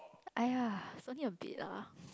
aiyah only a bit lah